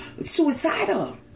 suicidal